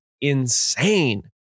insane